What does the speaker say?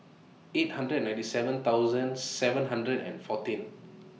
eight hundred and ninety seven thousand seven hundred and fourteen